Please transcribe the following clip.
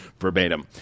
verbatim